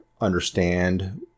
understand